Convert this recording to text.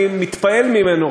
אני מתפעל ממנו.